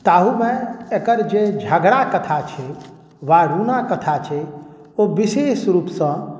ताहू मे एकर जे झगड़ा कथा छै वा रूना कथा छै ओ विशेष रूपसँ